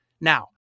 Now